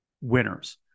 winners